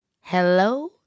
Hello